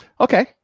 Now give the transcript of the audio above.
Okay